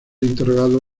interrogado